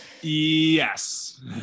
yes